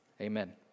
amen